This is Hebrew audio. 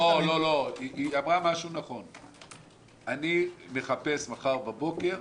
היא אמרה משהו נכון: אני מחפש מחר בבוקר: